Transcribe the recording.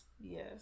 yes